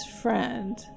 friend